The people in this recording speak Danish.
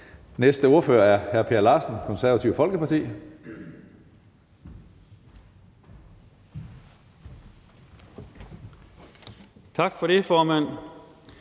Næste ordfører er hr. Per Larsen, Det Konservative Folkeparti. Kl. 17:18 (Ordfører)